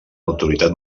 autoritat